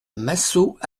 massot